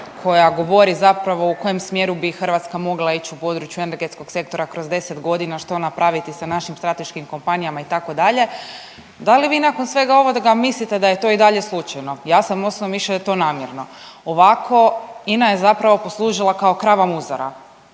koja govori zapravo u kojem smjeru bi Hrvatska mogla ići u području energetskog sektora kroz 10 godina što napraviti sa našim strateškim kompanijama itd., da li vi nakon svega ovoga mislite da je to i dalje slučajno? Ja sam osobnog mišljenja da je to namjerno. Ovako INA je zapravo poslužila kao krava muzara.